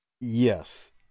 yes